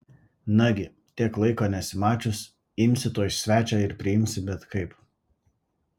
nagi tiek laiko nesimačius imsi tuoj svečią ir priimsi bet kaip